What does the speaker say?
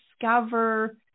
discover